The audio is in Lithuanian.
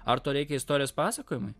ar to reikia istorijos pasakojimui